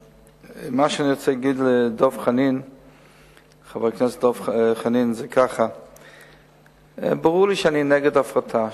מה שאני רוצה להגיד לחבר הכנסת דב חנין זה שברור לי שאני נגד הפרטה.